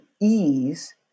ease